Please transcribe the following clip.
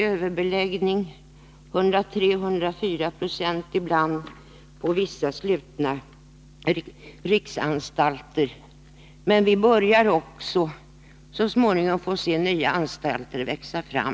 Överbeläggningen är stor, ibland 103-104 26 på vissa slutna riksanstalter. Nu börjar dock nya anstalter växa fram.